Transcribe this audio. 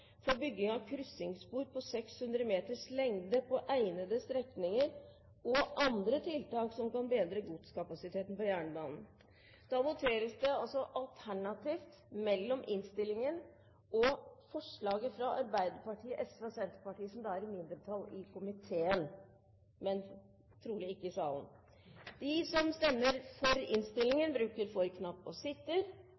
for bygging av kryssingsspor på 600 meters lengde på egnede strekninger, og andre tiltak som kan bedre godskapasiteten på jernbanen.» Det foreligger forslag fra mindretallet i transportkomiteen. Det er regjeringspartiene – Arbeiderpartiet, SV og Senterpartiet – som selv vil redegjøre for sitt syn. Det foreligger to vedlegg i saken. Vedlegg 1 er